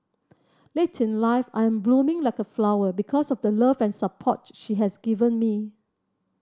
late in life I'm blooming like a flower because of the love and support she has given me